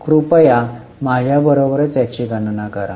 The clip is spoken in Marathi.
तर कृपया माझ्या बरोबरच याची गणना करा